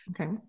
Okay